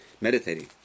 meditating